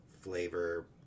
flavor